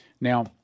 Now